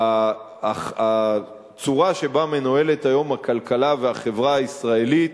שהצורה שבה הכלכלה והחברה הישראליות